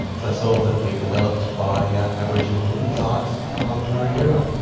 so soils that have been developed by aboriginal midden sites along the murray river.